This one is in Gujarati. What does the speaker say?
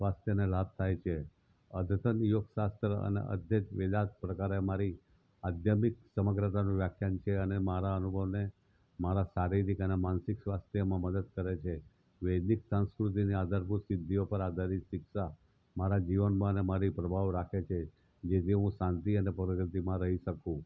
સ્વાસ્થ્યને લાભ થાય છે અદ્યતન યોગ શાસ્ત્ર અને અદ્વૈત વેદાંત પ્રકારે મારી આધ્યાત્મિક સમગ્રતાનું વ્યાખ્યાન છે અને મારા અનુભવને મારા શારીરિક અને માનસિક સ્વાસ્થ્યમાં મદદ કરે છે વૈદિક સંસ્કૃતિને આધારભૂત સિદ્ધિઓ પર આધારિત શિક્ષા મારા જીવનમાં ને મારી પ્રભાવ રાખે છે જેથી હું શાંતિ અને પ્રગતિમાં રહી શકું